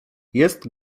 jest